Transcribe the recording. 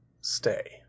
stay